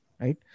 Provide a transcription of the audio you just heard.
Right